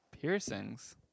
piercings